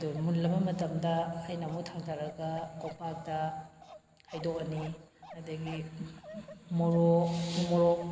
ꯑꯗꯨ ꯃꯨꯜꯂꯕ ꯃꯇꯝꯗ ꯑꯩꯅ ꯑꯃꯨꯛ ꯊꯥꯡꯗꯔꯒ ꯀꯣꯝꯄꯥꯛꯇ ꯍꯩꯗꯣꯛꯑꯅꯤ ꯑꯗꯨꯗꯒꯤ ꯃꯣꯔꯣꯛ ꯎꯃꯣꯔꯣꯛ